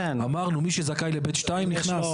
אמרנו, מי שזכאי ל(ב)(2), הוא נכנס.